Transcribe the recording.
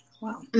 Wow